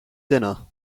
dinner